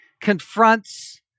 confronts